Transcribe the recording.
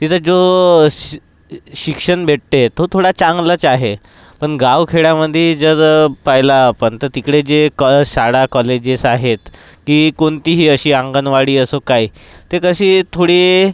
तिथं जो शिक्ष शिक्षण भेटते तो थोडा चांगलाच आहे पण गावखेड्यामध्ये जर पाहिला आपण तर तिकडे जे कॉलेजे शाळा कॉलेजेस आहेत ती कोणतीही अशी अंगणवाडी असो काही ते कशी थोडी